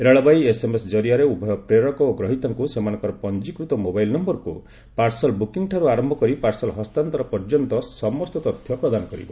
ରେଳବାଇ SMS ଜରିଆରେ ଉଭୟ ପ୍ରେରକ ଓ ଗ୍ରହୀତାଙ୍କୁ ସେମାନଙ୍କର ପଞ୍ଜୀକୃତ ମୋବାଇଲ ନୟରକୁ ପାର୍ସଲ ବୁକିଂ ଠାରୁ ଆରନ୍ଭ କରି ପାର୍ସଲ ହସ୍ତାନ୍ତର ପର୍ଯ୍ୟନ୍ତ ସମସ୍ତ ତଥ୍ୟ ପ୍ରଦାନ କରିବ